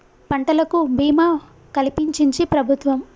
పంటలకు భీమా కలిపించించి ప్రభుత్వం